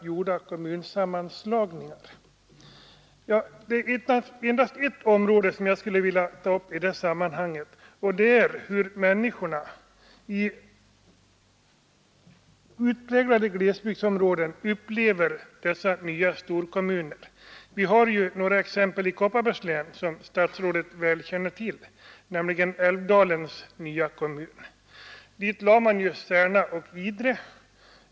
gjorda kommunsammanläggningar? Jag vill i det sammanhanget beröra hur människorna i utpräglade glesbygdsområden upplever dessa nya storkommuner. Vi har ett exempel i Kopparbergs län som statsrådet väl känner till, nämligen Älvdalens nya kommun. Dit hänförde man Särna och Idre.